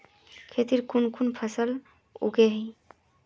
खेतीत कुन कुन फसल उगेई?